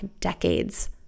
decades